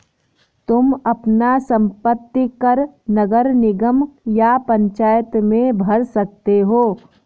तुम अपना संपत्ति कर नगर निगम या पंचायत में भर सकते हो